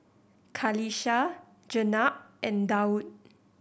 Qalisha Jenab and Daud